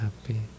happy